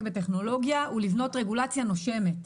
בטכנולוגיה הוא לבנות רגולציה נושמת.